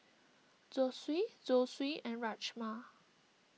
Zosui Zosui and Rajma